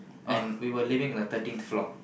and we were living on the thirteenth floor